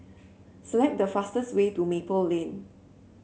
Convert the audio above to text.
select the fastest way to Maple Lane